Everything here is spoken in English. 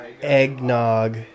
eggnog